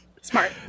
Smart